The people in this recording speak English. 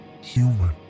human